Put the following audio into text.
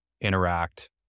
interact